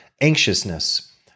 anxiousness